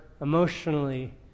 emotionally